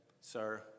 sir